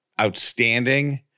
outstanding